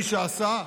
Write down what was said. מי שעשה,